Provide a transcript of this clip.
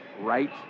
right